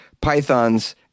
pythons